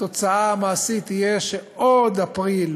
התוצאה המעשית תהיה שעוד אפריל,